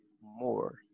more